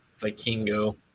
Vikingo